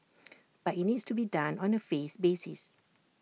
but IT needs to be done on A phase' basis